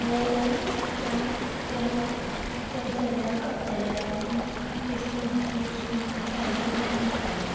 त्या त्या त्या चल्याक आपल्या आनी केशो मामाचें चावेचें दुकान आशिल्लें